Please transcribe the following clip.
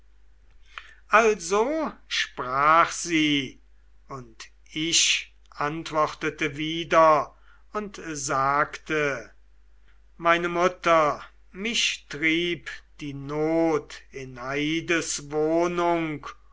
also sprach sie und ich antwortete wieder und sagte meine mutter mich trieb die not in aides